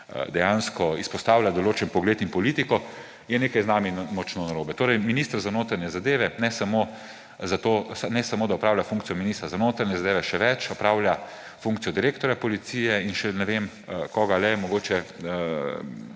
dejansko izpostavlja določen pogled in politiko, je nekaj z nami močno narobe. Torej ne samo da minister za notranje zadeve opravlja funkcijo ministra za notranje zadeve, še več, opravlja funkcijo direktorja policije in ne vem koga še, mogoče